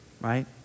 right